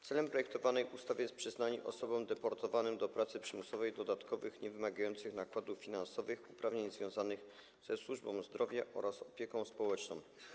Celem projektowanej ustawy jest przyznanie osobom deportowanym do pracy przymusowej dodatkowych - niewymagających nakładów finansowych - uprawnień związanych ze służbą zdrowia oraz z opieką społeczną.